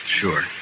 Sure